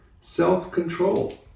self-control